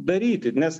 daryti nes